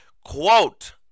Quote